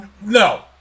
no